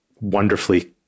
wonderfully